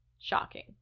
shocking